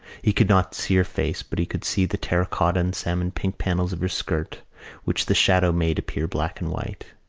he could not see her face but he could see the terra-cotta and salmon-pink panels of her skirt which the shadow made appear black and white.